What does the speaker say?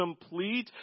complete